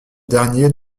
dernier